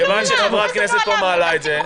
מכיוון שחברת כנסת מעלה את זה כאן --- איך זה לא עלה?